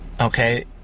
Okay